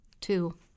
Two